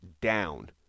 down